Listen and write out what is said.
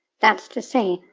that's to say,